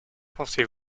pensez